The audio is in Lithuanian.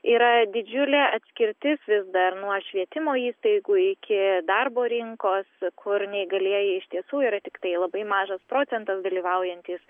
yra didžiulė atskirtis vis dar nuo švietimo įstaigų iki darbo rinkos kur neįgalieji iš tiesų yra tiktai labai mažas procentas dalyvaujantys